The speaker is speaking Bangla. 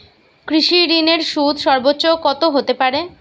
কৃষিঋণের সুদ সর্বোচ্চ কত হতে পারে?